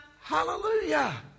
Hallelujah